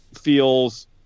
feels